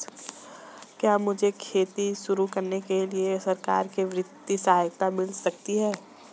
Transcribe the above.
क्या मुझे खेती शुरू करने के लिए सरकार से वित्तीय सहायता मिल सकती है?